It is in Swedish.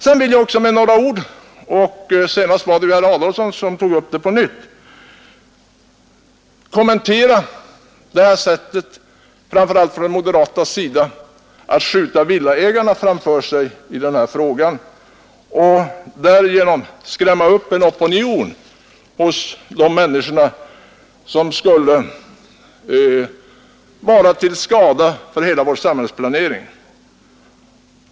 Sedan vill jag också med några ord kommentera — det var senast herr Adolfsson som tog upp det på nytt — det här sättet från framför allt de moderatas sida att skjuta villaägarna framför sig och därigenom skrämma upp en opinion hos dessa människor som skulle vara till skada för hela vår samhällsplanering.